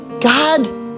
God